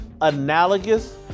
analogous